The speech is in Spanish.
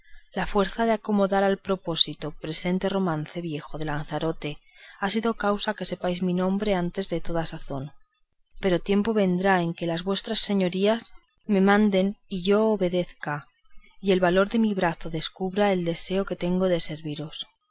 la fuerza de acomodar al propósito presente este romance viejo de lanzarote ha sido causa que sepáis mi nombre antes de toda sazón pero tiempo vendrá en que las vuestras señorías me manden y yo obedezca y el valor de mi brazo descubra el deseo que tengo de serviros